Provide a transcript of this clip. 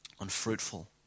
unfruitful